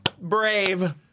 brave